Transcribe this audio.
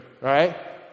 right